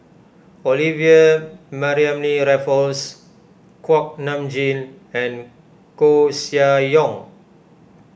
Olivia Mariamne Raffles Kuak Nam Jin and Koeh Sia Yong